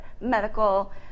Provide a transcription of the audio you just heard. medical